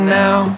now